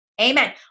Amen